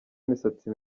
imisatsi